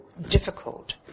difficult